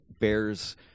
bears